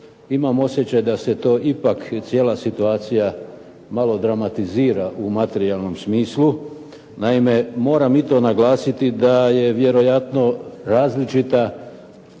imam osjećaj da se to ipak cijela situacija malo dramatizira u materijalnom smislu. Naime, moram i to naglasiti da je vjerojatno različita